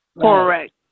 Correct